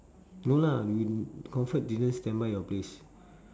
no lah you comfort didn't standby your place